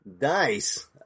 Nice